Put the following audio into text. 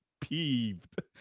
peeved